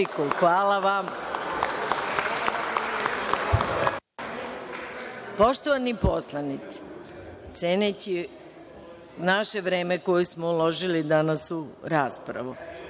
repliku. Hvala. Poštovani poslanici, ceneći naše vreme koje smo uložili danas u raspravu,